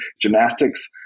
gymnastics